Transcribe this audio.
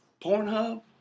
Pornhub